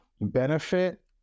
benefit